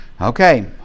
Okay